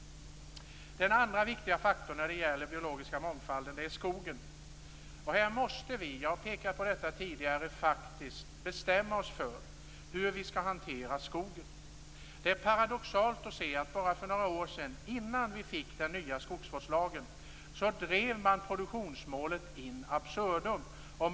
Den andra viktiga faktorn när det gäller den biologiska mångfalden är skogen. Vi måste - jag har pekat på detta tidigare - faktiskt bestämma oss för hur vi skall hantera skogen. Det är paradoxalt att se att man bara för några år sedan, innan vi fick den nya skogsvårdslagen, drev produktionsmålet in absurdum.